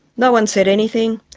no one said anything,